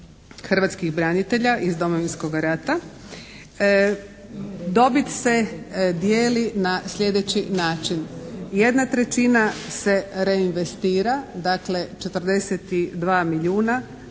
hrvatskih branitelja iz Domovinskoga rata dobit se dijeli na sljedeći način: 1/3 se reinvestira dakle 42 milijuna,